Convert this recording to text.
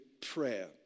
prayer